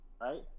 right